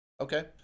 okay